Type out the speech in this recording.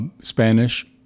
Spanish